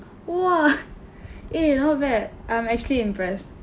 !wah! eh not bad I'm actually impressed